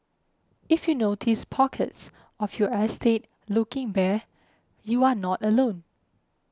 if you notice pockets of your estate looking bare you are not alone